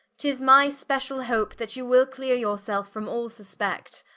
tis my speciall hope, that you will cleare your selfe from all suspence,